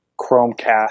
Chromecast